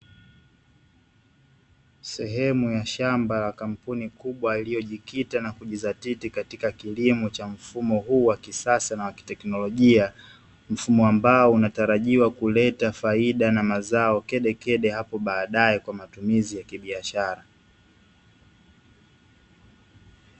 Sehemu ya shamba la kampuni kubwa iliyojidhatiti katika kilimo cha mfumo huu wa kisasa na kiteknolojia, mfumo ambao unatarajiwa kuleta faida na mazao kedekede hapo baadae kwa matumizi ya kibiashara.